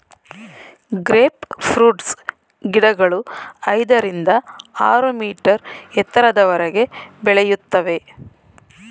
grape fruits ಗಿಡಗಳು ಐದರಿಂದ ಆರು ಮೀಟರ್ ಎತ್ತರದವರೆಗೆ ಬೆಳೆಯುತ್ತವೆ